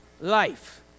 life